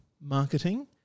marketing